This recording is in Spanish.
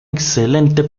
excelente